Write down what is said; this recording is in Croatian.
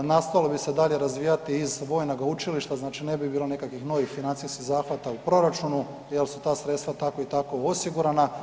Nastavilo bi se dalje razvijati iz Vojnoga učilišta, znači ne bi bilo nekakvih novih financijskih zahvata u proračunu jer su ta sredstava tako i tako osigurana.